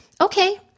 Okay